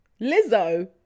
Lizzo